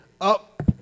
Up